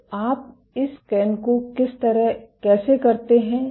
तो आप इस स्कैन को कैसे करते हैं